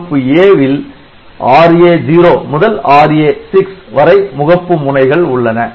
முகப்பு A வில் RA0 முதல் RA6 வரை முகப்பு முனைகள் உள்ளன